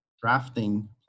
drafting